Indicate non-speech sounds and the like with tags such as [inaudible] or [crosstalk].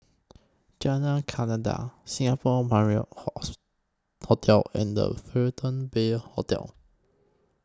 Jalan Kledek Singapore Marriott [unintelligible] Hotel and The Fullerton Bay Hotel